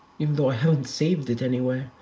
even though i haven't saved it anywhere.